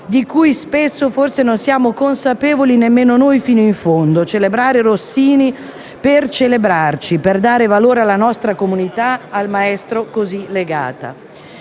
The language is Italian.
di cui, spesso, forse non siamo consapevoli nemmeno noi fino in fondo. Celebrare Rossini, per celebrarci, per dare valore alla nostra comunità al maestro così legata.